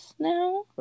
now